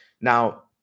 now